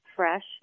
fresh